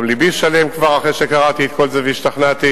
גם לבי שלם אחרי שכבר קראתי את כל זה והשתכנעתי,